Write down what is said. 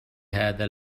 هذا